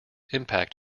impact